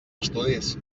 estudis